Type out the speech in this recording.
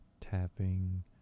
tapping